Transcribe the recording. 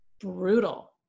brutal